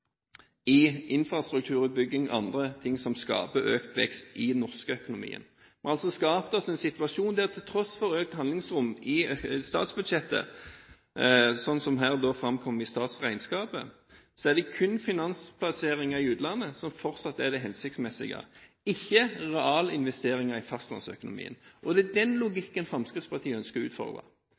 i infrastrukturutbygging og andre ting som skaper økt vekst i den norske økonomien. Vi har altså skapt oss en situasjon der det til tross for økt handlingsrom i statsbudsjettet – slik det her framkommer i statsregnskapet – kun er finansplasseringer i utlandet som fortsatt er det hensiktsmessige, ikke realinvesteringer i fastlandsøkonomien. Det er den logikken Fremskrittspartiet ønsker å utfordre.